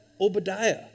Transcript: Obadiah